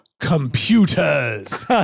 computers